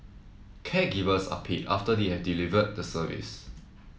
caregivers are paid after they have delivered the service